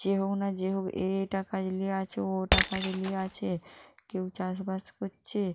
যে হোক না যে হোক এ এটা কাজ নিয়ে আছে ও ওটা কাজ নিয়ে আছে কেউ চাষবাস করছে